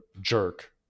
jerk